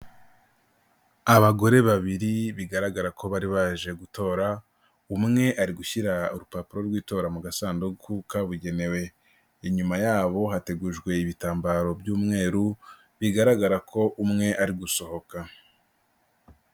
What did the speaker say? Abagore babiri bigaragara ko bari baje gutora, umwe ari gushyira urupapuro rw'itora mu gasanduku kabugenewe. Inyuma yabo hategujwe ibitambaro by'umweru, bigaragara ko umwe ari gusohoka.